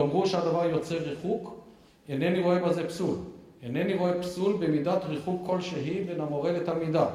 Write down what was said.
אמרו שהדבר יוצר ריחוק, אינני רואה בזה פסול, אינני רואה פסול במידת ריחוק כלשהי בין המורה לתלמידיו.